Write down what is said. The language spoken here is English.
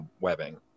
webbing